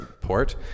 port